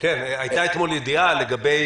הייתה אתמול ידיעה לגבי